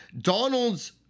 Donald's